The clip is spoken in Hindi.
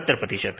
70 प्रतिशत